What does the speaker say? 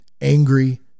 angry